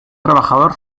trabajador